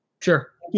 Sure